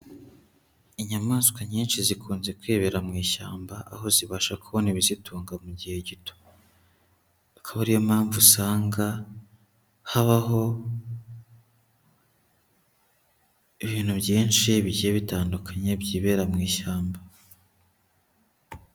Inyamaswa nyinshi zikunze kwibera mu ishyamba, aho zibasha kubona ibizitunga mu gihe gito. Akaba ari yo mpamvu usanga habaho ibintu byinshi bigiye bitandukanye byibera mu ishyamba.